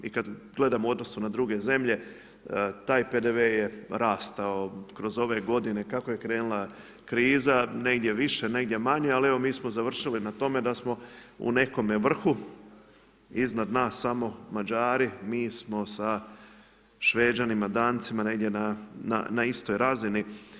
I kad gledamo u odnosu na druge zemlje, taj PDV je rastao kroz ove godine kako je krenula kriza, negdje više, negdje manje, ali evo mi smo završili na tome da smo u nekome vrhu, iznad nas samo Mađari, mi smo sa Šveđanima, Dancima negdje na istoj razini.